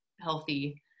healthy